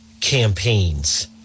campaigns